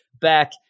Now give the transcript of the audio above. Back